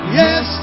yes